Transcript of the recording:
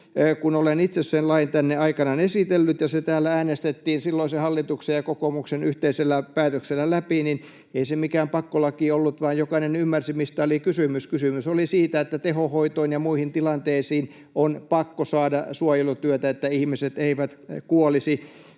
Kun olen itse sen lain tänne aikanaan esitellyt ja se täällä äänestettiin silloisen hallituksen ja kokoomuksen yhteisellä päätöksellä läpi, niin ei se mikään pakkolaki ollut, vaan jokainen ymmärsi, mistä oli kysymys. Kysymys oli siitä, että tehohoitoon ja muihin tilanteisiin oli pakko saada suojelutyötä, että ihmiset eivät kuolisi.